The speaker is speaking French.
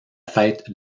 fête